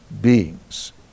beings